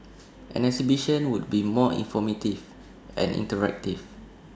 an exhibition would be more informative and interactive